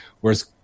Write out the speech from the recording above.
whereas